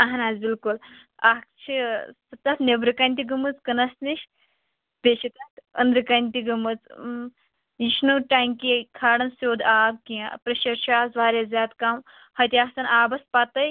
اہَن حظ بِلکُل اَکھ چھِ سُہ تَتھ نٮ۪برٕ کَنہِ تہِ گٔمٕژ کٕنَس نِش بیٚیہِ چھِ تَتھ أنٛدرٕ کَنۍ تہِ گٔمٕژ یہِ چھُنہٕ ٹنکی کھاڑن سیوٚد آب کیٚنٛہہ پرٛیٚشَر چھُ آز واریاہ زیادٕ کَم ہُتہِ آسَن آبَس پَتَے